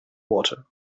water